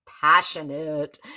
passionate